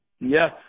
Yes